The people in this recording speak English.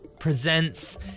presents